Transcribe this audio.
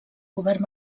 govern